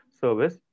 service